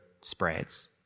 spreads